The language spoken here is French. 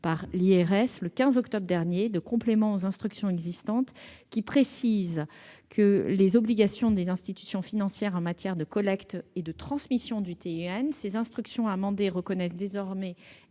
par l'IRS, le 15 octobre dernier, de compléments aux instructions existantes qui précisent les obligations des institutions financières en matière de collecte et de transmission du TIN. Or ces instructions amendées reconnaissent désormais